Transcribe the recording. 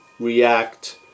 react